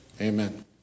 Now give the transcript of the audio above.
Amen